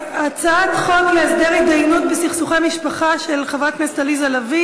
הצעת חוק להסדר התדיינויות בסכסוכי משפחה (יישוב מוקדם של הסכסוך),